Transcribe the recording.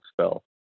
spell